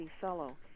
fellow